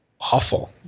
awful